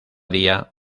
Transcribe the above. día